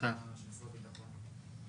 של משרד הביטחון.